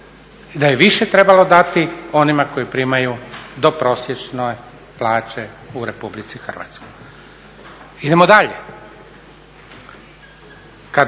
da je više trebalo dati onima koji primaju do prosječne plaće u Republici Hrvatskoj. Idemo dalje.